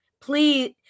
please